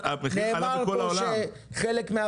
מחיר המכולות עלה בכל העולם.